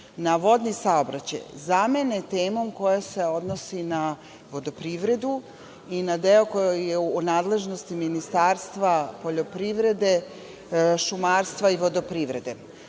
na vodni saobraćaj,, zamene temom koja se odnosi na vodoprivredu i na deo koje je u nadležnosti Ministarstva poljoprivrede, šumarstva i vodoprivrede.